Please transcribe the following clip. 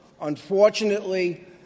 Unfortunately